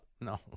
No